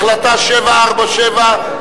החלטה 747,